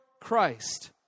Christ